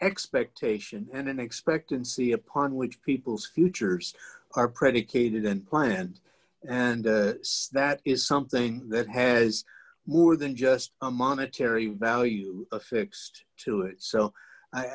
expectation and an expectancy upon which people's futures are predicated and planned and that is something that has more than just a monetary value affixed to it so i